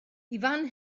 ifan